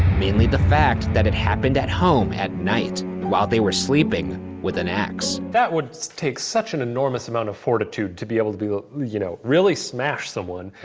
mainly the fact that it happened at home at night, while they were sleeping with an axe. that would take such an enormous amount of fortitude to be able to, you know, really smash someone.